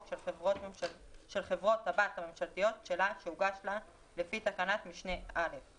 של חברות הבת הממשלתיות שלה שהוגש לה לפי תקנת משנה (א);